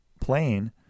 plane